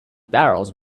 barrels